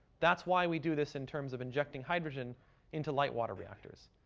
that's why we do this in terms of injecting hydrogen into light water reactors.